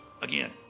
Again